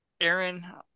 Aaron